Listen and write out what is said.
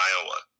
Iowa